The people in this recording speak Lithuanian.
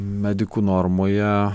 medikų normoje